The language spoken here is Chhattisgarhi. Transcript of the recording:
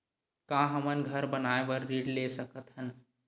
का हमन घर बनाए बार ऋण ले सकत हन?